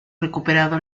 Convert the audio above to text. recuperado